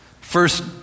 first